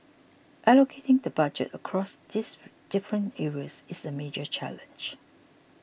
allocating the Budget across these different areas is a major challenge